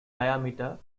diameter